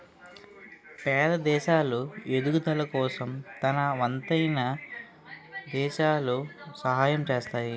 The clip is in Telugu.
పేద దేశాలు ఎదుగుదల కోసం తనవంతమైన దేశాలు సహాయం చేస్తాయి